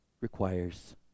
requires